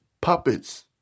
puppets